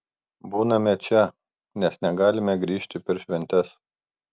būname čia nes negalime grįžt per šventes